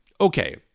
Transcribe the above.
Okay